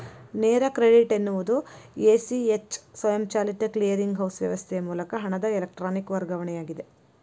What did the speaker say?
ನೇರ ಕ್ರೆಡಿಟ್ ಎನ್ನುವುದು A, C, H ಸ್ವಯಂಚಾಲಿತ ಕ್ಲಿಯರಿಂಗ್ ಹೌಸ್ ವ್ಯವಸ್ಥೆಯ ಮೂಲಕ ಹಣದ ಎಲೆಕ್ಟ್ರಾನಿಕ್ ವರ್ಗಾವಣೆಯಾಗಿದೆ